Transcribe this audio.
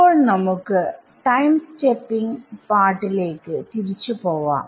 ഇപ്പോൾ നമുക്ക് time stepping പാർട്ടിലേക്ക് തിരിച്ചു പോവാം